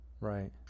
right